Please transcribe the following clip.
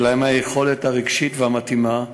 שלהם היכולת הרגשית המתאימה,